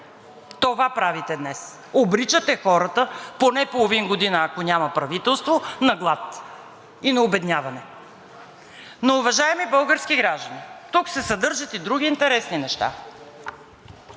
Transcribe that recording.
Това правите днес – обричате хората поне половин година, ако няма правителство, на глад и на обедняване. Уважаеми български граждани, тук се съдържат и други интересни неща.